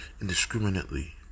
Indiscriminately